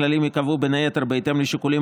הכללים ייקבעו בין היתר בהתאם לשיקולים